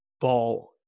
ball